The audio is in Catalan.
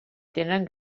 tenen